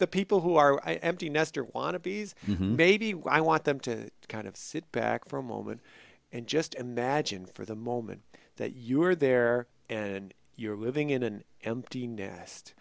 the people who are empty nester wannabes maybe i want them to kind of sit back for a moment and just and that for the moment that you were there and you're living in an empty nest